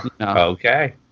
Okay